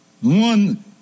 one